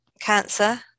cancer